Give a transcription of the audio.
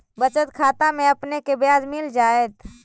बचत खाता में आपने के ब्याज मिल जाएत